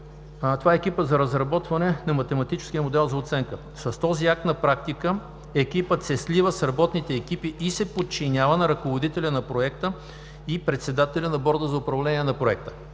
Това е екипът за разработване на математическия модел за оценка (ЕРММО). С този акт на практика екипът се слива с работните екипи и се подчинява на ръководителя на проекта и председателя на Борда за управление на проекта,